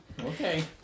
Okay